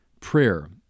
prayer